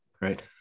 right